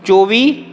चौह्बी